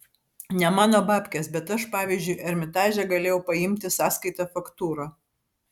ne mano babkės bet aš pavyzdžiui ermitaže galėjau paimti sąskaitą faktūrą